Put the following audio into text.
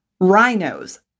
Rhinos